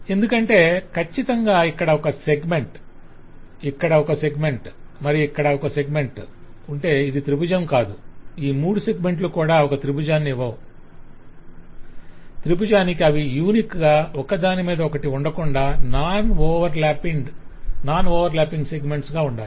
ఎందుకంటే ఖచ్చితంగా ఇక్కడ ఒక సెగ్మెంట్ ఇక్కడ ఒక సెగ్మెంట్ మరియు ఇక్కడ ఒక సెగ్మెంట్ ఉంటే ఇది త్రిభుజం కాదు ఈ మూడు సెగ్మెంట్లు కూడా ఒక త్రిభుజం ఇవ్వవు త్రిభుజానికి అవి యూనిక్ గా ఒక దానిమీద ఒకటి ఉండకుండా నాన్ ఓవర్లాపింగ్ సెగ్మెంట్లు గా ఉండాలి